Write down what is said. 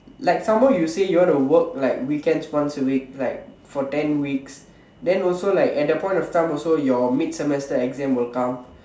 like some more you say you want to work like weekends once a week like for ten weeks then also like at that point of time also your mid semester exam will come